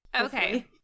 okay